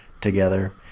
together